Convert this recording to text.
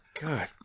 God